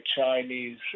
Chinese